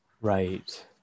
right